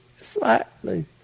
slightly